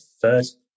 first